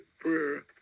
prayer